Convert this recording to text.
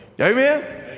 Amen